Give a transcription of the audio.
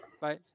Bye